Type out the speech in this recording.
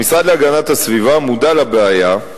המשרד להגנת הסביבה מודע לבעיה,